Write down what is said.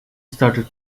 started